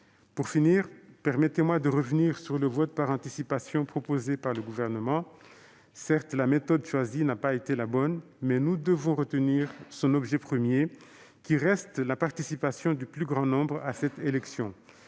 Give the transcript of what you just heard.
Pour finir, permettez-moi de revenir sur le vote par anticipation proposé par le Gouvernement. Certes, la méthode choisie n'a pas été la bonne, mais nous devons retenir son objet premier, qui reste la participation du plus grand nombre à cette élection.